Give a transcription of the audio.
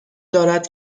دارد